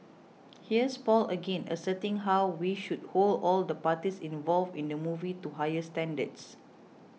here's Paul again asserting how we should hold all the parties involved in the movie to higher standards